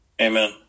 Amen